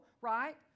right